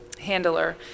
handler